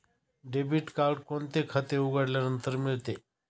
Debit card कोणते खाते उघडल्यानंतर मिळते?